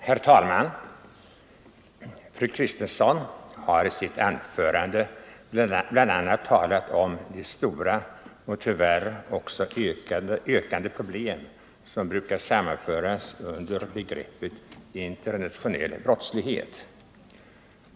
Herr talman! Fru Kristensson talade bl.a. om de stora och tyvärr ökande problem som brukar sammanfattas under begreppet internationell brottslighet.